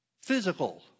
physical